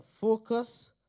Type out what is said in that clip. focus